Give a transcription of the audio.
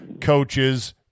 coaches